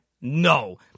No